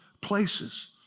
places